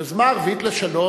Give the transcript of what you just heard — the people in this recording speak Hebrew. היוזמה הערבית לשלום,